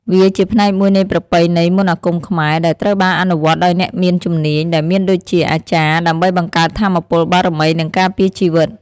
វាជាផ្នែកមួយនៃប្រពៃណីមន្តអាគមខ្មែរ ដែលត្រូវបានអនុវត្តដោយអ្នកមានជំនាញ ដែលមានដូចជា អាចារ្យ ដើម្បីបង្កើតថាមពលបារមី និងការពារជីវិត។